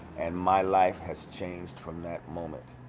and my life has changed from that moment